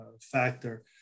factor